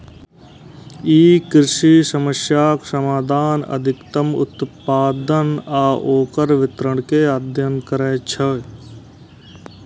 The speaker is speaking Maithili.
ई कृषि समस्याक समाधान, अधिकतम उत्पादन आ ओकर वितरण के अध्ययन करै छै